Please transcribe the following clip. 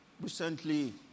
recently